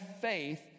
faith